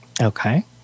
Okay